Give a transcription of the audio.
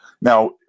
Now